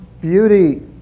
Beauty